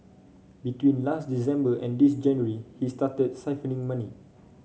between last December and this January he started siphoning money